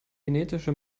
genetische